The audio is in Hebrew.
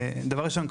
דבר ראשון,